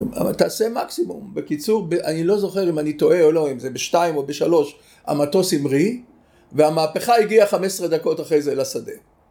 אבל תעשה מקסימום, בקיצור, אני לא זוכר אם אני טועה או לא, אם זה ב-2 או ב-3 המטוס המריא והמהפכה הגיעה 15 דקות אחרי זה לשדה.